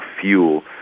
fuel